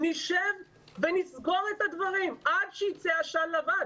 נשב עד שיצא עשן לבן8